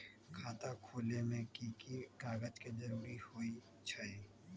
खाता खोले में कि की कागज के जरूरी होई छइ?